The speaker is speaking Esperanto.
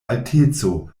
alteco